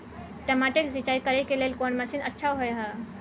टमाटर के सिंचाई करे के लेल कोन मसीन अच्छा होय है